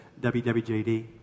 WWJD